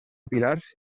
pilars